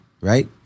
Right